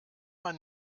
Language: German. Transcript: man